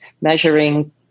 measuring